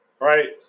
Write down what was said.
right